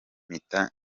mpita